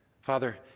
Father